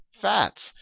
fats